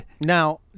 Now